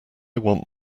want